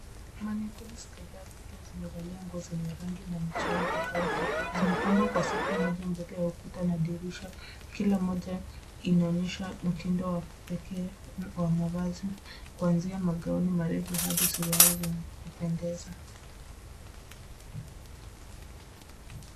Manequinns kadhaa zikiwa zimevalia nguo zenye rangi na michoro tofauti. Zimepangwa kwa safu moja mbele ya ukuta na dirisha. Kila moja inaonyesha mtindo wa kipekee wa mavazi kuanzia magauni marefu hadi suruali zenye kupendeza.